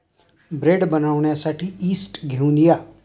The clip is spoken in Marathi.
ब्रेड बनवण्यासाठी यीस्ट घेऊन या